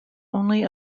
only